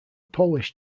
polish